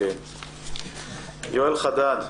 בבקשה, חבר הכנסת קושניר.